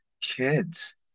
Kids